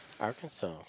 Arkansas